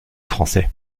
français